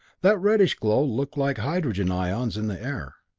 that reddish glow looked like hydrogen ions in the air.